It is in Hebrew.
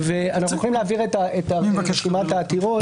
אנחנו יכולים להעביר את רשימת העתירות.